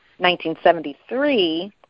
1973